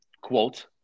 quote